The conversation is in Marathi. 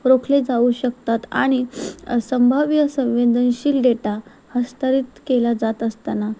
रोखले जाऊ शकतात आणि संभाव्य संवेदनशील डेटा हस्तांतरित केला जात असताना